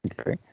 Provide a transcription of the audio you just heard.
Okay